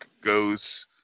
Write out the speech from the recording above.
goes